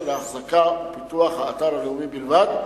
לאחזקה ולפיתוח של האתר הלאומי בלבד,